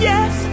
Yes